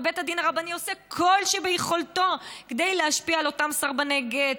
ובית הדין הרבני עושה כל שביכולתו כדי להשפיע על אותם סרבני גט,